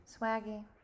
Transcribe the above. Swaggy